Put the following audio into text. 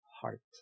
heart